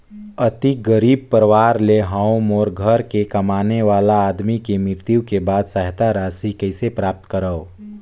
अति गरीब परवार ले हवं मोर घर के कमाने वाला आदमी के मृत्यु के बाद सहायता राशि कइसे प्राप्त करव?